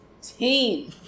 team